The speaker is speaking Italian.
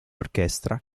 orchestra